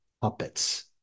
puppets